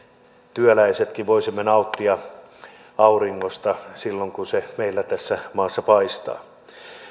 työläisetkin voisimme nauttia auringosta silloin kun se meillä tässä maassa paistaa